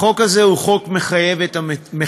החוק הזה הוא חוק מחויב המציאות.